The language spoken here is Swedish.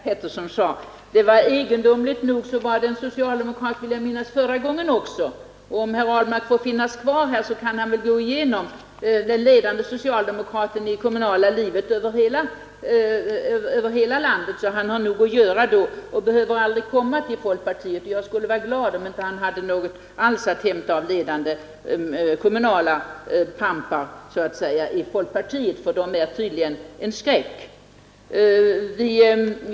Herr talman! Jag kan instämma i vad herr Pettersson sade. Egendomligt nog var det en socialdemokrat, vill jag minnas, förra gången också som namngavs. Och om herr Ahlmark får stanna kvar här kan han kanske gå igenom förteckningarna över de ledande socialdemokraterna i det kommunala livet över hela landet. Han får nog fullt upp att göra då och behöver aldrig komma fram till folkpartiet. Jag skulle för övrigt bara vara glad om han inte hade några ledande kommunala pampar i folkpartiet. De är tydligen en skräck.